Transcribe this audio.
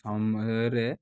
ସମୟରେ